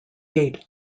gate